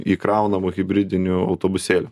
įkraunamų hibridinių autobusėlių